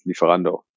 Lieferando